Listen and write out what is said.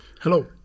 Hello